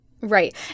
Right